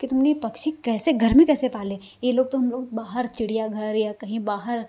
कि तुमने ये पक्षी कैसे घर में कैसे पाले ये लोग तो हम लोग बाहर चिड़ियाघर या कहीं बाहर